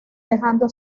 dejando